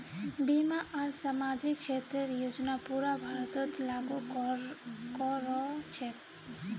बीमा आर सामाजिक क्षेतरेर योजना पूरा भारतत लागू क र छेक